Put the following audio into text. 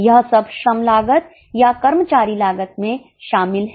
यह सब श्रम लागत या कर्मचारी लागत में शामिल है